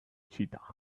cheetah